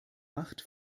macht